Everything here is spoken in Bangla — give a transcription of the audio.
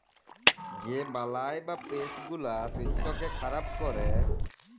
যে বালাই বা পেস্ট গুলা শস্যকে খারাপ ক্যরে